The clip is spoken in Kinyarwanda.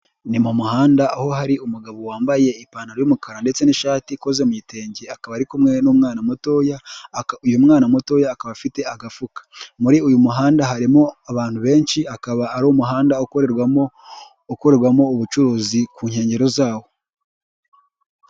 Ni mu muhanda aho hari umugabo wambaye ipantaro y'umukara ndetse n'ishati ikoze mu gitenge, akaba ari kumwe n'umwana mutoya uyu mwana mutoya akaba afite agafuka, muri uyu muhanda harimo abantu benshi akaba ari umuhanda ukorerwamo ukorerwamo ubucuruzi ku nkengero zawo.